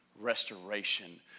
restoration